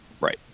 right